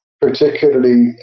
particularly